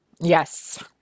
Yes